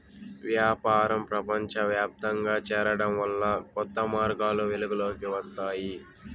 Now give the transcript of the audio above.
వ్యాపారం ప్రపంచవ్యాప్తంగా చేరడం వల్ల కొత్త మార్గాలు వెలుగులోకి వస్తాయి